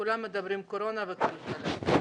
כולם מדברים קורונה אבל האמת היא